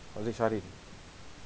sorry